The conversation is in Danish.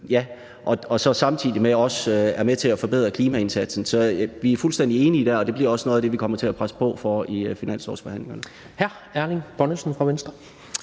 og samtidig er med til at forbedre klimaindsatsen. Så vi er fuldstændig enige der, og det bliver også noget af det, vi kommer til at presse på for i finanslovsforhandlingerne.